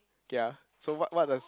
okay ah so what what does